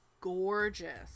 gorgeous